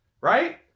right